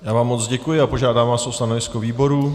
Já vám moc děkuji a požádám vás o stanovisko výboru.